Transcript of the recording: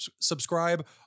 subscribe